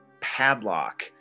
padlock